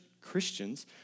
Christians